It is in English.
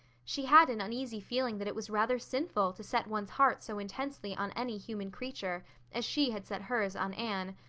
she had an uneasy feeling that it was rather sinful to set one's heart so intensely on any human creature as she had set hers on anne,